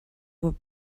were